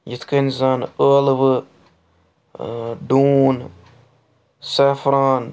یِتھ کٔنۍ زَن ٲلوٕ ڈوٗن سیفران